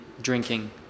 drinking